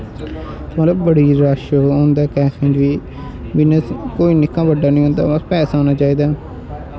मतलब बड़ा रश होंदा कैफें च बी बिजनस कोई निक्का बड्डा निं होंदा बल पैसे होने चाही दे